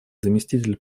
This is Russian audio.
заместитель